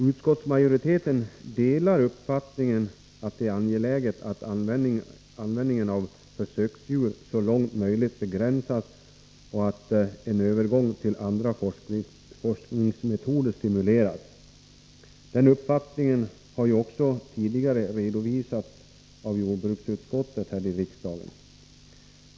Utskottsmajoriteten delar uppfattningen att det är angeläget att användningen av försöksdjur så långt möjligt begränsas och att en övergång till andra forskningsmetoder stimuleras. Den uppfattningen har också tidigare redovisats i riksdagen av jordbruksutskottet.